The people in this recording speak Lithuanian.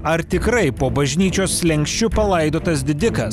ar tikrai po bažnyčios slenksčiu palaidotas didikas